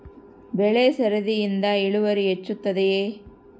ಬೆಳೆ ಸರದಿಯಿಂದ ಇಳುವರಿ ಹೆಚ್ಚುತ್ತದೆಯೇ?